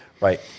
Right